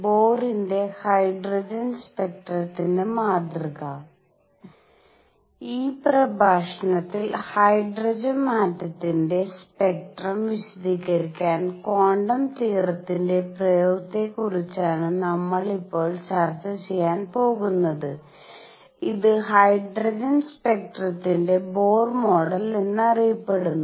ബോറിന്റെ hydrogen സ്പെക്ട്രത്തിന്റെ മാതൃക ഈ പ്രഭാഷണത്തിൽ ഹൈഡ്രജൻ ആറ്റത്തിന്റെ സ്പെക്ട്രം വിശദീകരിക്കാൻ ക്വാണ്ടം തിയറത്തിന്റെ പ്രയോഗത്തെക്കുറിച്ചാണ് നമ്മൾ ഇപ്പോൾ ചർച്ച ചെയ്യാൻ പോകുന്നത് ഇത് ഹൈഡ്രജൻ സ്പെക്ട്രത്തിന്റെ ബോർ മോഡൽ എന്നറിയപ്പെടുന്നു